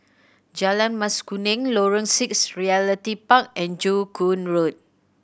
Jalan Mas Kuning Lorong Six Realty Park and Joo Koon Road